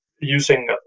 using